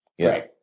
Right